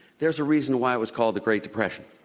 there's a reason why it was called the great depression.